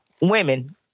women